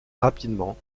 rapidement